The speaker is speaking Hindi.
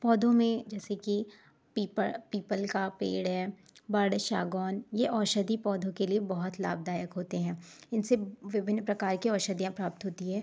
पौधों में जैसा कि पीपल का पेड़ है बर्ड शागौन ये औषधि पौधों के लिए बहुत लाभदायक होते हैं इनसे विभिन्न प्रकार की औषधियाँ प्राप्त होती हैं